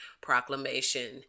proclamation